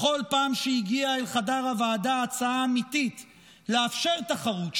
בכל פעם שהגיעה אל חדר הוועדה הצעה אמיתית לאפשר תחרות,